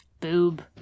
boob